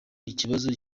ikibazo